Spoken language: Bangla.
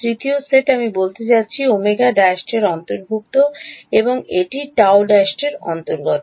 তৃতীয় সেট আমি যাচ্ছি বলতে Ω ′ এর অন্তর্ভুক্ত এবং এটি Γ ′ এর অন্তর্গত